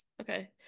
okay